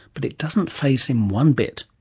but it doesn't faze him one bit.